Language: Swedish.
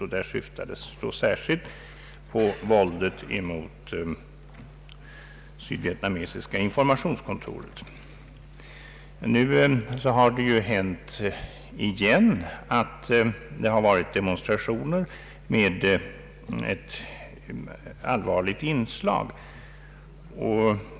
Därvid syftades särskilt på våldet mot det sydvietnamesiska informationskontoret. Nu har det åter hänt att det förekom mit demonstrationer med ett allvarligt inslag.